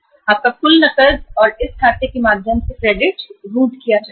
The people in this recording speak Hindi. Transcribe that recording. आपका कुल नकद और क्रेडिट इस खाते के माध्यम से जाएगा